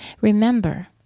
Remember